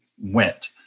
went